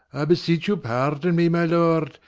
i beseech you pardon me, my lord,